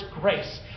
grace